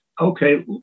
Okay